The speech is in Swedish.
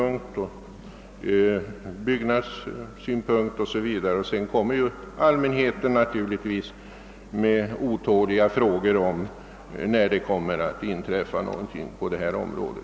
Naturligtvis ställer också allmänheten otåliga frågor om när det kommer att inträffa någonting på detta område.